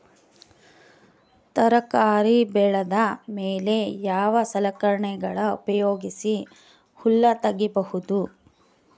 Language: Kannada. ತರಕಾರಿ ಬೆಳದ ಮೇಲೆ ಯಾವ ಸಲಕರಣೆಗಳ ಉಪಯೋಗಿಸಿ ಹುಲ್ಲ ತಗಿಬಹುದು?